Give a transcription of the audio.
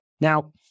now